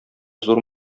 зур